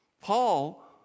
Paul